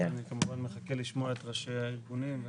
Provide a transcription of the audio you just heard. ואני כמובן מחכה לשמוע את ראשי הארגונים.